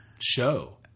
show